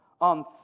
on